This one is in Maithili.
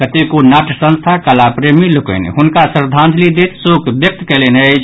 कतेको नाट्य संस्था कला प्रेमी लोकनि हुनका श्रद्धांजलि दैत शोक व्यक्त कयलनि अछि